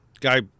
guy